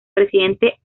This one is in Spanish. presidente